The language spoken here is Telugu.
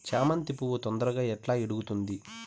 చామంతి పువ్వు తొందరగా ఎట్లా ఇడుగుతుంది?